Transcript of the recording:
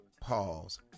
Pause